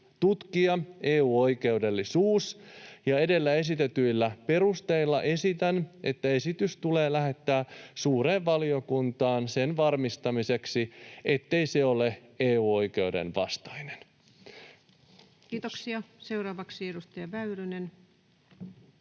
tutkia EU-oikeudellisuus. Edellä esitetyillä perusteilla esitän, että esitys tulee lähettää suureen valiokuntaan sen varmistamiseksi, ettei se ole EU-oikeuden vastainen. Kiitoksia. — Seuraavaksi edustaja Väyrynen.